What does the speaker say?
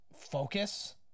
focus